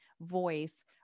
voice